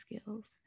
skills